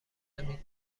نمی